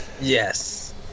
yes